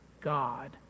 God